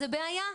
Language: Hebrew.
זאת בעיה.